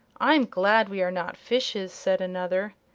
i'm glad we are not fishes! said another.